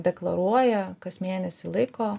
deklaruoja kas mėnesį laiko